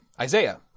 Isaiah